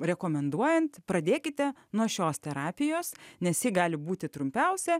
rekomenduojant pradėkite nuo šios terapijos nes ji gali būti trumpiausia